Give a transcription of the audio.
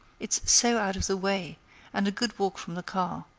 it's so out of the way and a good walk from the car.